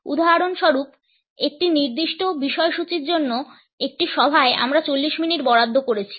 উদাহরণস্বরূপ একটি নির্দিষ্ট বিষয়সূচির জন্য একটি সভায় আমরা 40 মিনিট বরাদ্দ করেছি